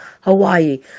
Hawaii